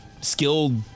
skilled